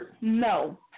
No